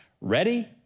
Ready